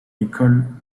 école